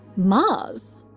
mars?